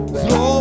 slow